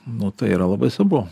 nu tai yra labai svarbu